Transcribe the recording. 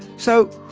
so,